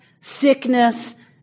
sickness